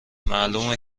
معلومه